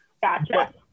Gotcha